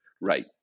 Right